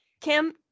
Kim-